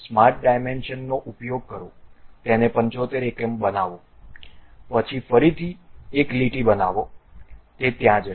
smart પરિમાણોનો ઉપયોગ કરો તેને 75 એકમો બનાવો પછી ફરીથી એક લીટી બનાવો ત્યાં જશે